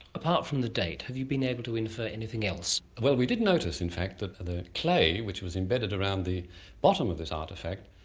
apart from the date, have you been able to infer anything else? well we did notice in fact that the clay which was imbedded around the bottom of this artefact,